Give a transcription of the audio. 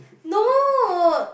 no